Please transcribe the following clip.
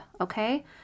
okay